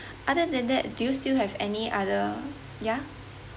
other than that do you still have any other ya